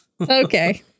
Okay